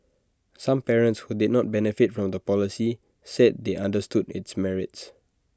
some parents who did not benefit from the policy said they understood its merits